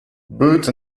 boot